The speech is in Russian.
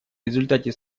результате